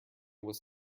was